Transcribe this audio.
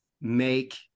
make